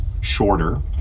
shorter